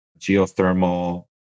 geothermal